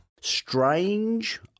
Strange